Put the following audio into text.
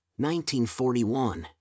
1941